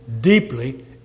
deeply